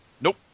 Nope